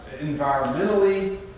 environmentally